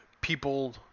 people